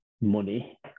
money